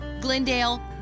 Glendale